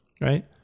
right